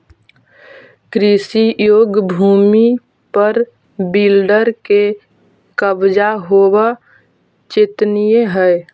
कृषियोग्य भूमि पर बिल्डर के कब्जा होवऽ चिंतनीय हई